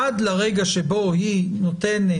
עד לרגע שבו היא נותנת,